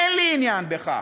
אין לי עניין בכך.